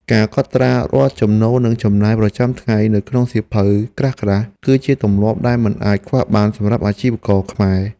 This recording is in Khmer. ការកត់ត្រារាល់ចំណូលនិងចំណាយប្រចាំថ្ងៃនៅក្នុងសៀវភៅក្រាស់ៗ គឺជាទម្លាប់ដែលមិនអាចខ្វះបានសម្រាប់អាជីវករខ្មែរ។